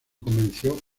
convenció